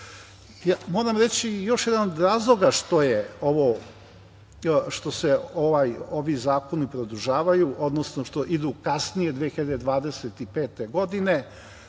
važna. Moram reći još jedan od razloga što se ovi zakoni produžavaju, odnosno što idu kasnije 2025. godine.